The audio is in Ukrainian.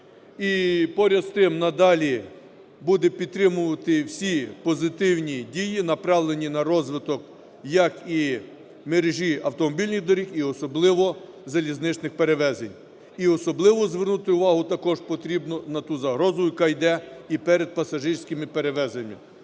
поряд з тим, надалі буде підтримувати всі позитивні дії, направлені на розвиток як і мережі автомобільних доріг і особливо залізничних перевезень, і особливо звернути увагу також потрібно на ту загрозу, яка йде і перед пасажирськими перевезеннями